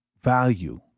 value